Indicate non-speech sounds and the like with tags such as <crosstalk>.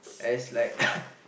it's like <noise>